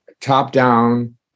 top-down